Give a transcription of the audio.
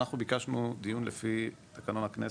אנחנו ביקשנו דיון לפי תקנון הכנסת,